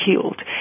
killed